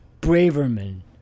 Braverman